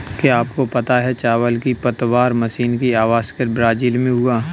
क्या आपको पता है चावल की पतवार मशीन का अविष्कार ब्राज़ील में हुआ